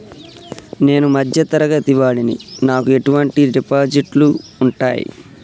నేను మధ్య తరగతి వాడిని నాకు ఎటువంటి డిపాజిట్లు ఉంటయ్?